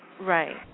Right